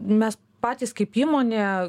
mes patys kaip įmonė